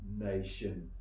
nation